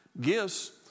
gifts